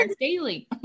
daily